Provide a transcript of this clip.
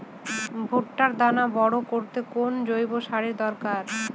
ভুট্টার দানা বড় করতে কোন জৈব সারের দরকার?